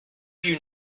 you